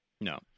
No